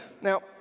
Now